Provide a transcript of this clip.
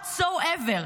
whatsoever,